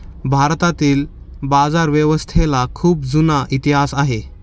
भारतातील बाजारव्यवस्थेला खूप जुना इतिहास आहे